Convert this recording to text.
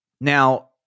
Now